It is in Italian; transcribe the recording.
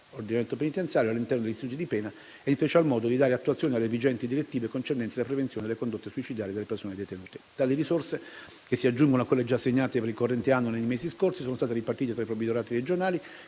articolo 80 OP all'interno degli istituti di pena e, in special modo, di dare attuazione alle vigenti direttive concernenti la prevenzione delle condotte suicidarie delle persone detenute. Tali risorse, che si aggiungono a quelle già assegnate per il corrente anno nei mesi scorsi, sono state ripartite tra i provveditorati regionali,